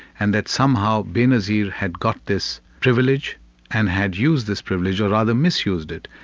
and that somehow benazir had got this privilege and had used this privilege or rather misused it,